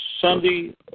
Sunday